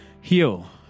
heal